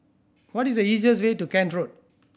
what is the easiest way to Kent Road